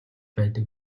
байдаг